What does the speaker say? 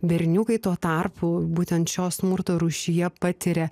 berniukai tuo tarpu būtent šios smurto rūšyje patiria